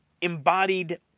embodied